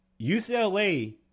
UCLA